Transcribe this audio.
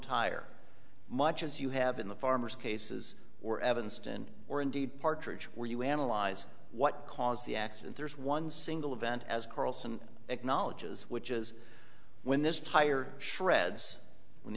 tire much as you have in the farmer's cases or evanston or indeed partridge where you analyze what caused the accident there's one single event as carlson acknowledges which is when this tire shreds when